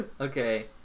okay